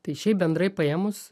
tai šiaip bendrai paėmus